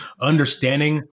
understanding